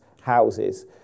houses